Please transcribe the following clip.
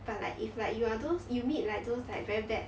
but like if like you are those you meet like those like very bad